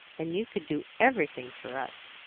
and you could do everything for us.